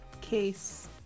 case